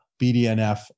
BDNF